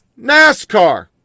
NASCAR